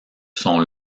sont